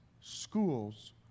schools